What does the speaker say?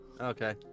okay